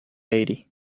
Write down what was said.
lady